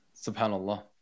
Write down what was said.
SubhanAllah